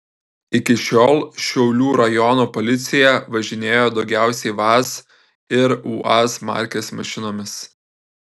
iki šiol šiaulių rajono policija važinėjo daugiausiai vaz ir uaz markės mašinomis